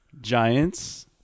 Giants